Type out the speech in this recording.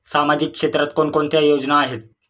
सामाजिक क्षेत्रात कोणकोणत्या योजना आहेत?